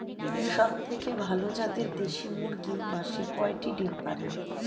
সবথেকে ভালো জাতের দেশি মুরগি মাসে কয়টি ডিম পাড়ে?